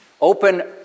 Open